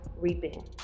reaping